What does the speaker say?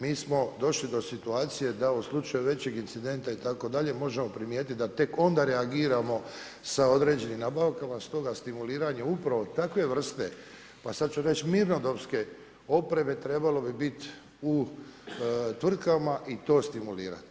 Mi smo došli do situacije da u slučaju većeg incidenta itd. možemo primijetiti da tek onda reagiramo sa određenim nabavkama, stoga stimuliranje upravo takve vrste, a sad ću reći mirnodopske opreme, trebalo bi biti u tvrtkama i to stimulirati.